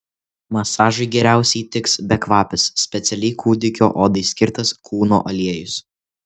masažui geriausiai tiks bekvapis specialiai kūdikio odai skirtas kūno aliejus